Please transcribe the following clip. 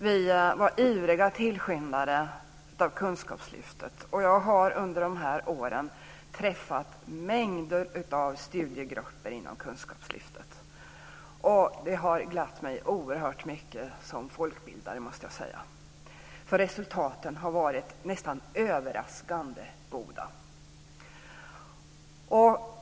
Vi var ivriga tillskyndare av Kunskapslyftet. Och jag har under dessa år träffat mängder av studiegrupper inom Kunskapslyftet, och jag måste säga att det har glatt mig som folkbildare oerhört mycket. Resultaten har nämligen varit nästan överraskande goda.